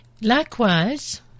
Likewise